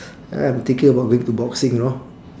I'm thinking about going to boxing know